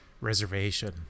reservation